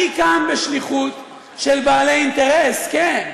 אני כאן בשליחות של בעלי אינטרס, כן.